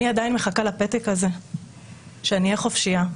אני עדיין מחכה לפתק הזה כדי שאני אהיה חופשיה.